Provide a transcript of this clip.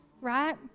right